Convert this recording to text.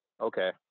okay